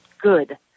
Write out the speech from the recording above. good